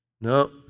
No